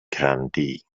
grandee